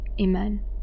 Amen